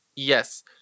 Yes